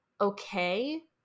okay